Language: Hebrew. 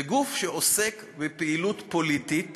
זה גוף שעוסק בפעילות פוליטית